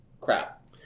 crap